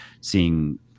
seeing